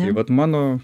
tai vat mano